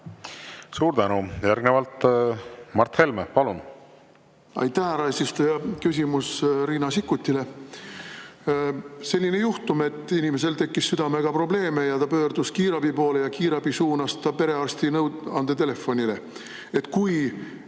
Suur tänu! Järgnevalt Mart Helme, palun!